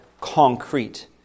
concrete